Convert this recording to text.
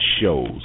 shows